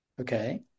Okay